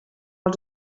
els